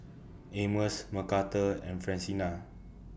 Amos Mcarthur and Francina